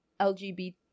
LGBT